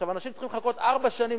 אנשים צריכים לחכות ארבע שנים,